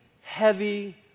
heavy